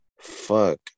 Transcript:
Fuck